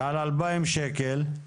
ועל 2,000 שקלים?